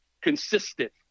consistent